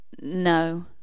no